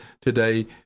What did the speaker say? today